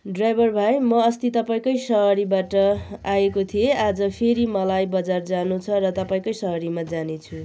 driver भाइ म अस्ति तपाईँकै सवारीबाट आएको थिएँ आज फेरि मलाई बजार जानु छ र तपाईँकै सवारीमा जानेछु